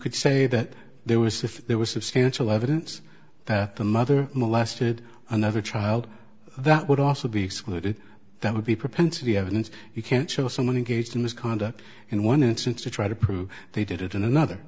could say that there was if there was substantial evidence that the mother molested another child that would also be excluded that would be propensity evidence you can't show someone engages in this conduct in one instance to try to prove they did it in another